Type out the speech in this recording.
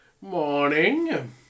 Morning